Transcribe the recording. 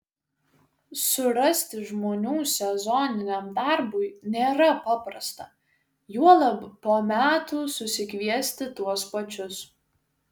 surasti žmonių sezoniniam darbui nėra paprasta juolab po metų susikviesti tuos pačius